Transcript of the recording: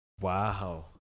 Wow